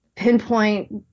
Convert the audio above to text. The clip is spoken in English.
pinpoint